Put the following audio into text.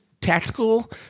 tactical –